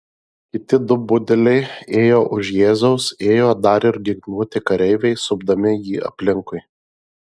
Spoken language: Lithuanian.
kiti du budeliai ėjo už jėzaus ėjo dar ir ginkluoti kareiviai supdami jį aplinkui